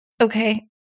Okay